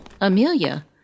Amelia